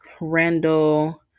randall